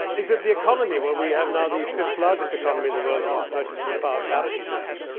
is it the economy? well, we have now the fifth-largest economy in the world in purchasing power parity terms.